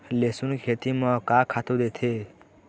लेसुन के खेती म का खातू देथे?